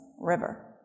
river